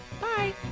Bye